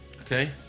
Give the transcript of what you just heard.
Okay